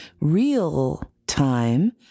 real-time